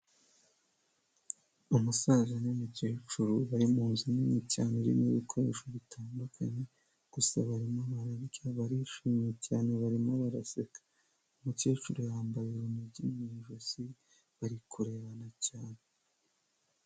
Umusaza n'umukecuru bari mu nzu nini cyane irimo ibikoresho bitandukanye, gusa barimo bararya, barishimye cyane barimo baraseka. Umukecuru yambaye urunigi mu ijosi, bari kurebana cyane.